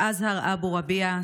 אזהאר אבו רביע,